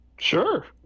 Sure